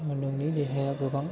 नोंनि देहाया गोबां